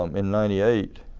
um in ninety eight,